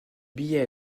monsieur